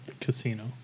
Casino